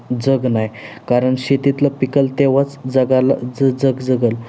जग नाही कारण शेतीतलं पीक तेव्हाच जगाला ज जग जगेल